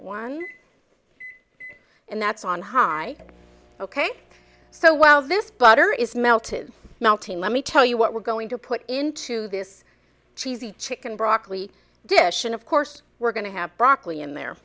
one in that's on high ok so well this butter is melted now tim let me tell you what we're going to put into this cheesy chicken broccoli dish and of course we're going to have broccoli in there